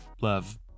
love